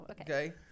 okay